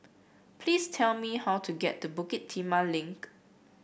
please tell me how to get to Bukit Timah Link